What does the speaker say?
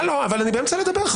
הלו, אני באמצע לדבר.